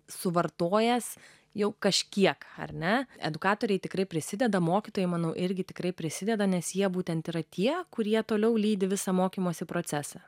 suvartojęs jau kažkiek ar ne edukatoriai tikrai prisideda mokytojai manau irgi tikrai prisideda nes jie būtent yra tie kurie toliau lydi visą mokymosi procesą